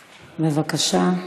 בבקשה.